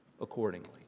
accordingly